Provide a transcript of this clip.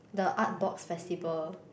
the Artbox festival